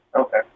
Okay